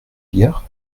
hier